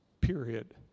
period